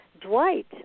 Dwight